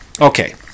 okay